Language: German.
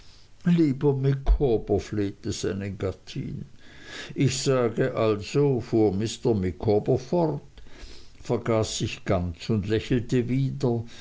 seine gattin ich sage also fuhr mr micawber fort vergaß sich ganz und lächelte wieder